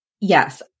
yes